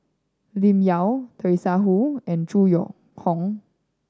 Lim Yau Teresa Hsu and Zhu Hong